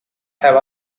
have